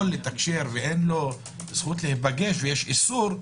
לתקשר ואין לו זכות להיפגש ויש איסור,